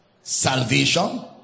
Salvation